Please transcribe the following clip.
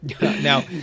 Now